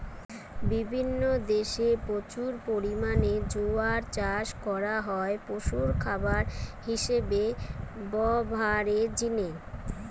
বিভিন্ন দেশে প্রচুর পরিমাণে জোয়ার চাষ করা হয় পশুর খাবার হিসাবে ব্যভারের জিনে